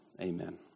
Amen